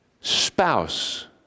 spouse